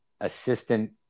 assistant